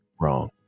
wrong